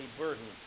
burden